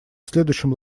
следующем